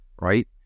Right